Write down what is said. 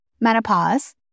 Menopause